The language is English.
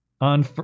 on